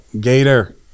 Gator